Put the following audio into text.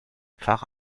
fahre